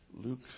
Luke